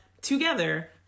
together